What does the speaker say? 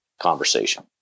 conversation